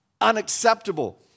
unacceptable